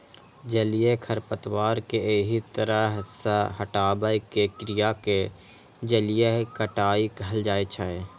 जलीय खरपतवार कें एहि तरह सं हटाबै के क्रिया कें जलीय कटाइ कहल जाइ छै